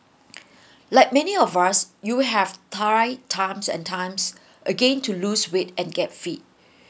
like many of us you have tried times and times again to lose weight and get fit